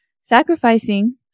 sacrificing